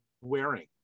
wearing